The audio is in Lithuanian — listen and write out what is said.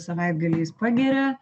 savaitgaliais pageria